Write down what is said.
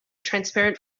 transparent